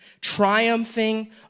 triumphing